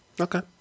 Okay